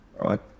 Right